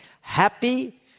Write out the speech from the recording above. happy